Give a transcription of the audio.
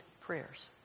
prayers